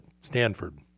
Stanford